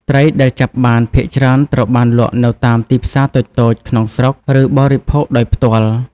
ត្រីដែលចាប់បានភាគច្រើនត្រូវបានលក់នៅតាម ទីផ្សារតូចៗ ក្នុងស្រុក ឬបរិភោគដោយផ្ទាល់។